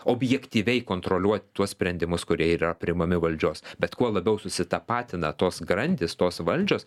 objektyviai kontroliuoti tuos sprendimus kurie yra priimami valdžios bet kuo labiau susitapatina tos grandys tos valdžios